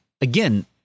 again